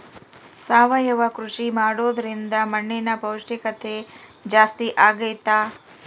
ಸಾವಯವ ಕೃಷಿ ಮಾಡೋದ್ರಿಂದ ಮಣ್ಣಿನ ಪೌಷ್ಠಿಕತೆ ಜಾಸ್ತಿ ಆಗ್ತೈತಾ?